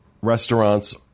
restaurants